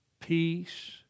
Peace